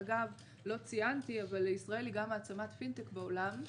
שאגב לא ציינתי אבל ישראל היא גם מעצמת פינטק בעולם.